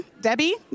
Debbie